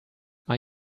are